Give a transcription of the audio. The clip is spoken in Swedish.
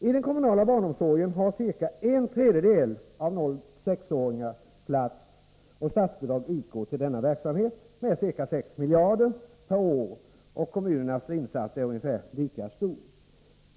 I den kommunala barnomsorgen har ca en tredjedel av 0-6-åringar plats, och statsbidrag utgår till denna verksamhet med ca 6 miljarder per år. Kommunernas insats är ungefär lika stor.